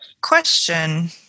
question